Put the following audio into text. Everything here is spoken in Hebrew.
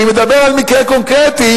אני מדבר על מקרה קונקרטי,